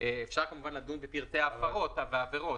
אפשר לדון בפרטי העבירות,